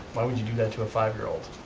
why would you do that to a five year old?